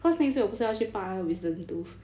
cause next week 我不是要去拔那个 wisdom tooth